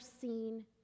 seen